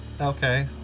Okay